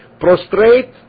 prostrate